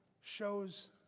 shows